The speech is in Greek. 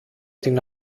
την